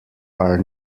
are